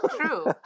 True